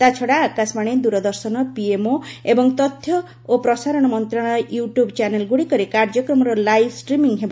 ତା୍ଛଡ଼ା Akashvani Doordarshan PMO ଏବଂ ତଥ୍ୟ ଏବଂ ପ୍ରସାରଣ ମନ୍ତ୍ରଣାଳୟ ୟୁଟ୍ୟୁବ୍ ଚ୍ୟାନେଲଗୁଡ଼ିକରେ କାର୍ଯ୍ୟକ୍ରମର ଲାଇଭ୍ ଷ୍ଟ୍ରିମିଙ୍ଗ୍ ହେବ